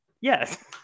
yes